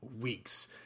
weeks